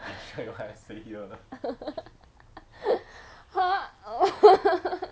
!huh! wha~